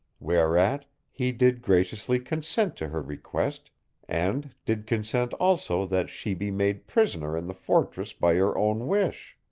whereat he did graciously consent to her request and did consent also that she be made prisoner in the fortress by her own wish.